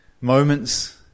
moments